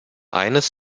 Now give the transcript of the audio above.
eines